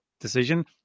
decision